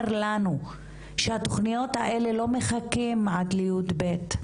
לנו שהתוכניות האלה לא צריכות לחכות עד ל-יב'.